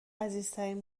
عزیزترین